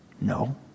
No